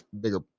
bigger